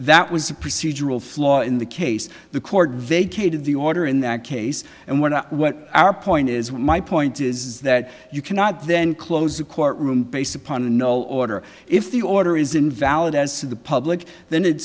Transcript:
that was a procedural flaw in the case the court vacated the order in that case and were not what our point is what my point is is that you cannot then close the courtroom based upon a no order if the order is invalid as to the public then